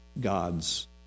God's